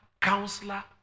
counselor